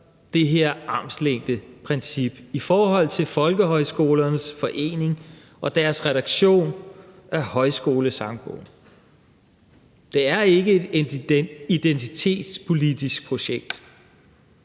det her armslængdeprincip i forhold til Folkehøjskolernes Forening og deres redaktion af Højskolesangbogen. Det er ikke et identitetspolitisk projekt.